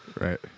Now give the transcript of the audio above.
Right